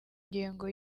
ingengo